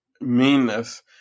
meanness